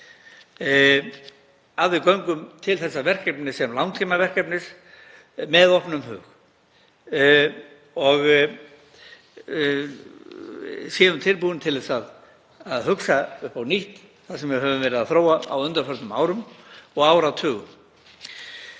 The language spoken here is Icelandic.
að við göngum til þessa verkefnis sem langtímaverkefnis með opnum hug og séum tilbúin til að hugsa upp á nýtt það sem við höfum verið að þróa á undanförnum árum og áratugum.